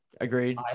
Agreed